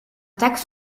attaques